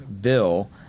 bill –